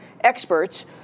experts